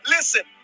Listen